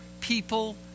people